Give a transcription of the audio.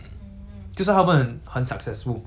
so to me it's so what